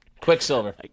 Quicksilver